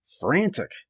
frantic